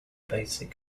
basic